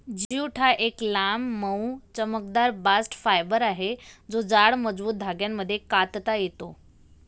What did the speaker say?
jute हा एक लांब, मऊ, चमकदार बास्ट फायबर आहे जो जाड, मजबूत धाग्यांमध्ये कातता येतो